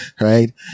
right